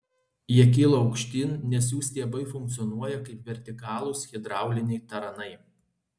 jie kyla aukštyn nes jų stiebai funkcionuoja kaip vertikalūs hidrauliniai taranai